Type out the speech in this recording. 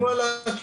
דיברו על אכיפה,